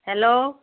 hello